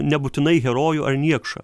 nebūtinai herojų ar niekšą